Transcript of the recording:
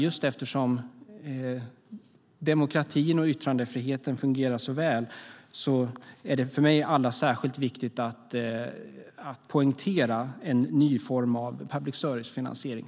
Just eftersom demokratin och yttrandefriheten fungerar så väl är det för mig särskilt viktigt att poängtera vikten av en ny form av public service-finansiering.